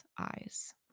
eyes